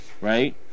right